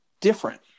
different